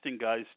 guys